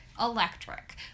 electric